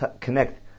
connect